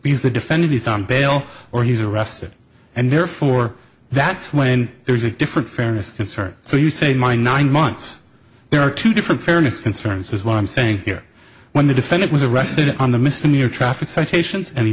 because the defendant is on bail or he's arrested and therefore that's when there's a different fairness concern so you say my nine months there are two different fairness concerns is what i'm saying here when the defendant was arrested on the missing year traffic citations an